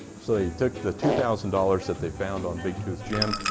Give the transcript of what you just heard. so they took the two thousand dollars that they found on big tooth jim.